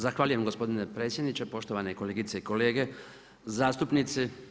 Zahvaljujem gospodine predsjedniče, poštovane kolegice i kolege zastupnici.